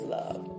love